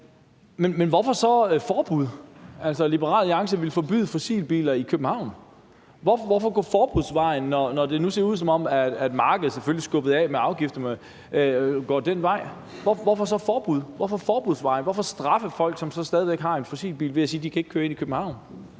Men hvorfor så forbud? Altså, Liberal Alliance ville forbyde fossilbiler i København. Hvorfor gå forbudsvejen, når det nu ser ud, som om markedet – afgifterne skubber selvfølgelig på – går den vej? Hvorfor så forbud? Hvorfor forbudsvejen? Hvorfor straffe folk, som så stadig væk har en fossilbil, ved at sige, at de ikke kan køre ind i København?